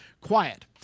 quiet